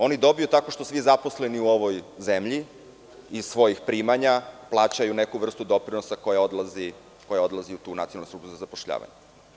Oni dobiju tako što svi zaposleni u ovoj zemlji iz svojih primanja plaćaju neku vrstu doprinosa koja odlazi u tu Nacionalnu službu za zapošljavanje.